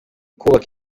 kubaka